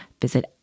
visit